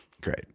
Great